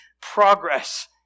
progress